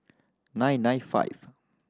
nine nine five